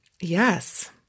yes